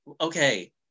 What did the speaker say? okay